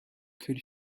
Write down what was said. could